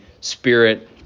spirit